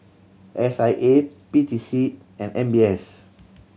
S I A P T C and M B S